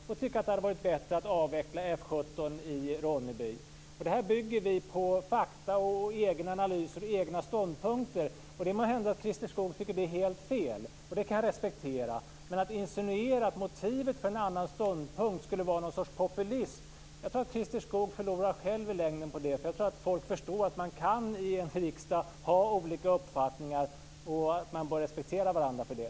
Vi tycker att det hade varit bättre att avveckla F 17 i Ronneby. Här bygger vi på fakta, egen analys och egna ståndpunkter. Det må hända att Christer Skoog tycker att det är helt fel, och det kan jag respektera. Men att insinuera att motivet för en annan ståndpunkt skulle vara något slags populism, det tror jag att Christer Skoog i längden själv förlorar på. Jag tror att folk förstår att man i en riksdag kan ha olika uppfattningar och att man bör respektera varandra för det.